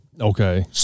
Okay